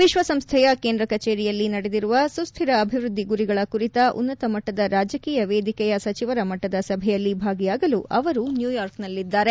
ವಿಶ್ವಸಂಸ್ಥೆಯ ಕೇಂದ್ರ ಕಚೇರಿಯಲ್ಲಿ ನಡೆದಿರುವ ಸುಸ್ವಿರ ಅಭಿವೃದ್ದಿ ಗುರಿಗಳು ಕುರಿತ ಉನ್ನತಮಟ್ಟದ ರಾಜಕೀಯ ವೇದಿಕೆಯ ಸಚಿವರ ಮಟ್ಟದ ಸಭೆಯಲ್ಲಿ ಭಾಗಿಯಾಗಲು ಅವರು ನ್ಯೂಯಾರ್ಕ್ನಲ್ಲಿದ್ದಾರೆ